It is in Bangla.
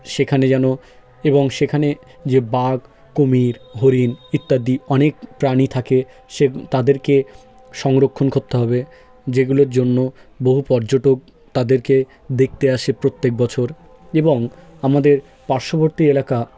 সেখানে যেন এবং সেখানে যে বাঘ কুমির হরিণ ইত্যাদি অনেক প্রাণী থাকে সে তাদেরকে সংরক্ষণ করতে হবে যেগুলোর জন্য বহু পর্যটক তাদেরকে দেখতে আসে প্রত্যেক বছর এবং আমাদের পার্শ্ববর্তী এলাকা